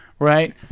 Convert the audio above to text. Right